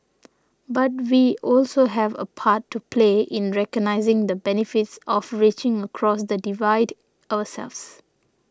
but we also have a part to play in recognising the benefits of reaching across the divide ourselves